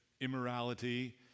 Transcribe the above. immorality